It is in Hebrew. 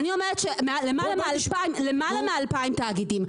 למעלה מ-2,000 תאגידים,